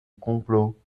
complot